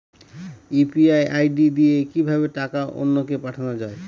UPI ID দিয়ে কিভাবে টাকা অন্য কে পাঠানো যায়?